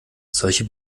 solche